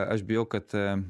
aš bijau kad